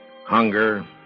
hunger